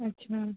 अच्छा